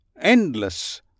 endless